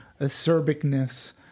acerbicness